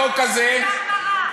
יענה לי?